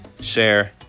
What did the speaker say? share